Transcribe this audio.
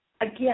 again